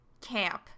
camp